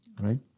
Right